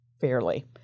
Fairly